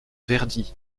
verdi